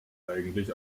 eigentlich